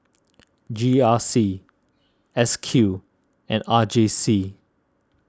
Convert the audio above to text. G R C S Q and R J C